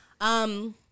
Um-